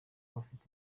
bafite